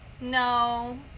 No